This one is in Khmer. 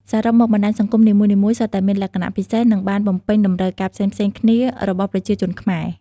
សរុបមក បណ្តាញសង្គមនីមួយៗសុទ្ធតែមានលក្ខណៈពិសេស និងបានបំពេញតម្រូវការផ្សេងៗគ្នារបស់ប្រជាជនខ្មែរ។